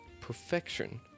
perfection